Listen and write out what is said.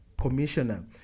commissioner